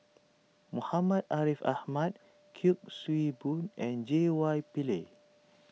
Muhammad Ariff Ahmad Kuik Swee Boon and J Y Pillay